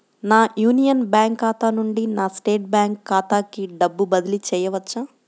నా యూనియన్ బ్యాంక్ ఖాతా నుండి నా స్టేట్ బ్యాంకు ఖాతాకి డబ్బు బదిలి చేయవచ్చా?